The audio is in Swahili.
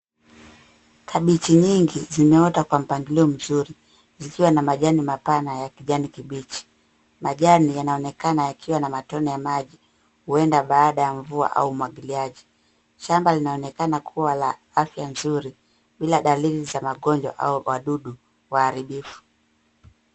Kabichi nyingi zimeota kwa mpangilio mzuri, zikiwa na majani mapana ya kijani kibichi. Majani yanaonekana yakiwa na matone ya maji, huenda baada ya mvua au umwagiliaji. Shamba linaonekana kuwa la afya nzuri, bila dalili za magonjwa au wadudu waharibifu.